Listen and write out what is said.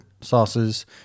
sauces